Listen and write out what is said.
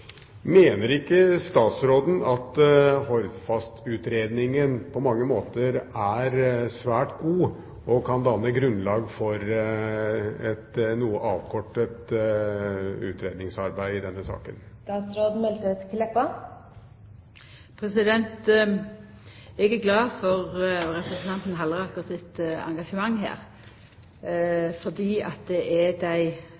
Mener ikke statsråden at Hordfast-utredningen på mange måter er svært god og kan danne grunnlag for et noe avkortet utredningsarbeid i denne saken? Eg er glad for representanten Halleraker sitt engasjement her.